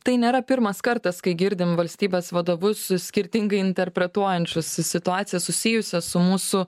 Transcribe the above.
tai nėra pirmas kartas kai girdim valstybės vadovus skirtingai interpretuojančius si situacijas susijusias su mūsų